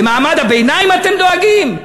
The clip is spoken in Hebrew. למעמד הביניים אתם דואגים?